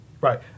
Right